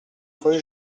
rue